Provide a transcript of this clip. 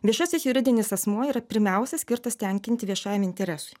viešasis juridinis asmuo yra pirmiausia skirtas tenkinti viešajam interesui